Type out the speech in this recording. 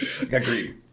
agree